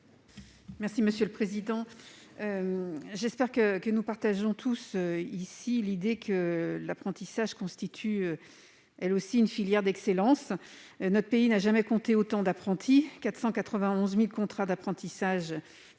le rapporteur pour avis. J'espère que nous partageons tous ici l'idée que l'apprentissage constitue lui aussi une filière d'excellence. Notre pays n'a jamais compté autant d'apprentis : 491 000 contrats d'apprentissage à